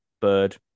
bird